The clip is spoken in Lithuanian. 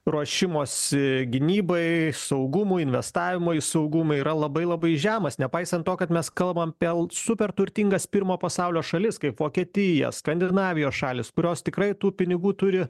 ruošimosi gynybai saugumų investavimo į saugumą yra labai labai žemas nepaisant to kad mes kalbam pel super turtingas pirmo pasaulio šalis kaip vokietija skandinavijos šalys kurios tikrai tų pinigų turi